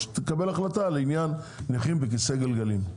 שתקבל החלטה לעניין נכים בכיסא גלגלים,